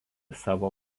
savo